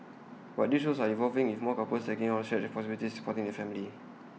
but these roles are evolving with more couples taking on shared responsibilities in supporting the family